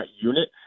unit